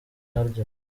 nyaryo